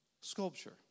sculpture